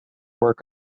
work